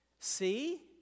See